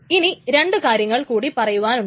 ഇനി രണ്ടു കാര്യങ്ങൾ കൂടി പറയുവാനുണ്ട്